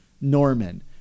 Norman